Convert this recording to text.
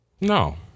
No